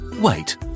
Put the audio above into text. wait